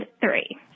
three